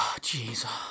Jesus